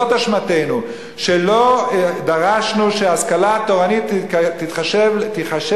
זאת אשמתנו שלא דרשנו שהשכלה תורנית תיחשב